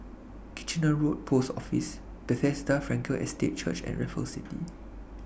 Kitchener Road Post Office Bethesda Frankel Estate Church and Raffles City